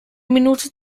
minute